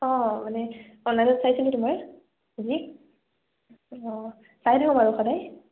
অঁ মানে অনলাইনত চাইছিলোঁ তোমাৰ ৰিভিউ অঁ চাই থাকোঁ বাৰু সদায়